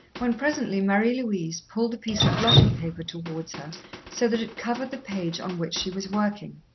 when presently marie-louise pulled a piece of blotting-paper towards her so that it covered the page on which she was working.